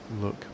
look